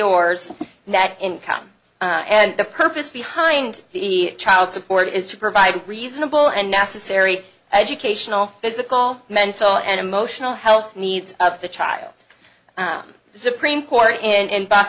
ors net income and the purpose behind the child support is to provide reasonable and necessary educational physical mental and emotional health needs of the child the supreme court and bo